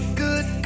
good